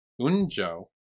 Unjo